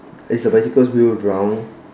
is the bicycle's wheel round